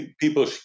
people